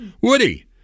Woody